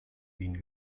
wien